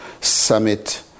summit